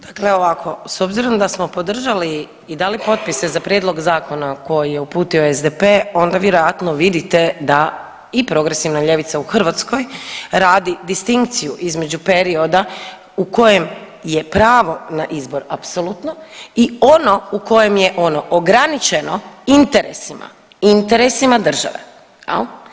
Dakle ovako, s obzirom da smo podržali i dali potpise za prijedlog zakona koji je uputio SDP, onda vjerojatno vidite da i progresivna ljevica u Hrvatskoj radi distinkciju između perioda u kojem je pravo na izbor apsolutno i ono u kojem je ono ograničeno interesima države.